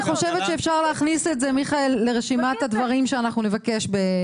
אני חושבת שאפשר להכניס את זה לרשימת הדברים שנבקש בסוף הדיון.